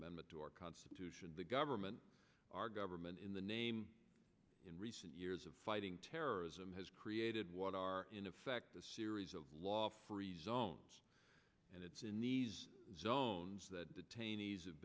amendment to our constitution the government our government in the name in recent years of fighting terrorism has created what are in effect a series of law free zones and it's in ease zones that detainees have